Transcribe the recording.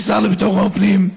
אדוני השר לביטחון הפנים,